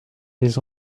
des